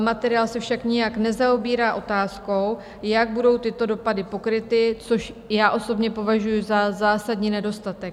Materiál se však nijak nezaobírá otázkou, jak budou tyto dopady pokryty, což já osobně považuji za zásadní nedostatek.